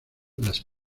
las